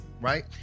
Right